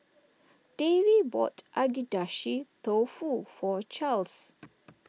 Davy bought Agedashi Dofu for Charles